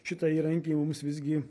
šitą įrankį mums visgi